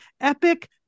epic